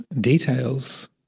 details